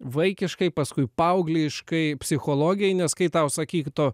vaikiškai paskui paaugliškai psichologijai nes kai tau sakyk tu